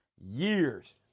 years